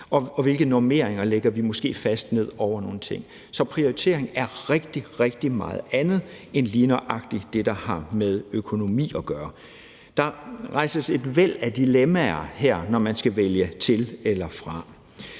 og hvilke faste normeringer vi måske lægger ned over nogle ting. Så prioriteringer er rigtig, rigtig meget andet end lige nøjagtig det, der har med økonomi at gøre. Der rejses et væld af dilemmaer her, når man skal vælge til eller fra,